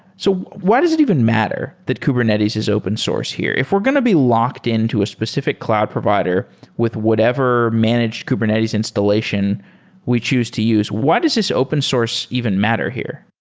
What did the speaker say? so why does it even matter that kubernetes is open source here? if we're going to be locked in to a specific cloud provider with whatever managed kubernetes installation we choose to use, why does this open source even matter here?